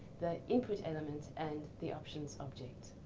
the input element, and the options object.